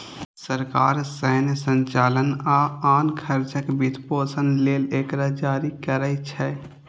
सरकार सैन्य संचालन आ आन खर्चक वित्तपोषण लेल एकरा जारी करै छै